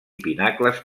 pinacles